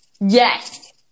yes